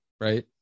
right